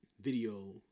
video